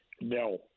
No